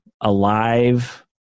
alive